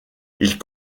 ils